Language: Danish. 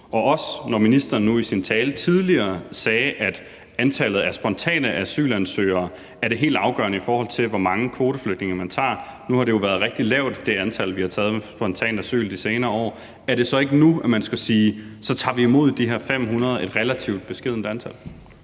også når ministeren nu i sin tale tidligere sagde, at antallet af spontane asylansøgere er helt afgørende, i forhold til hvor mange kvoteflygtninge man tager? Nu har det antal, vi har taget med spontant asyl, jo været rigtig lavt i de senere år. Er det så ikke nu, man skal sige, at vi så tager imod de her 500 – et relativt beskedent antal?